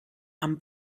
amb